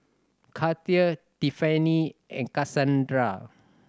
Gaither Tiffanie and Kassandra